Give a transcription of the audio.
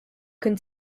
can